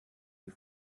die